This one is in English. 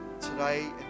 today